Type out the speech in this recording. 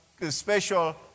special